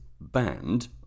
banned